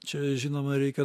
čia žinoma reikia